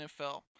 NFL